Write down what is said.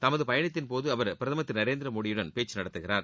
தமது பயணத்தின்போது அவர் பிரதமர் திரு நரேந்திர மோடியுடன் பேச்சு நடத்துகிறார்